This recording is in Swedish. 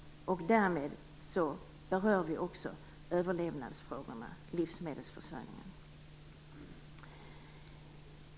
Därmed berör vi också överlevnadsfrågorna, livsmedelsförsörjningen.